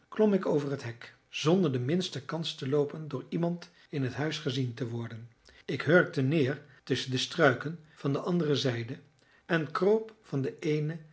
klom ik over het hek zonder de minste kans te loopen door iemand in het huis gezien te worden ik hurkte neer tusschen de struiken van de andere zijde en kroop van den eenen